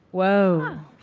whoa.